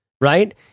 Right